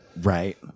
Right